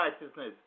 righteousness